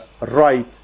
right